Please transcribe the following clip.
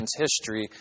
history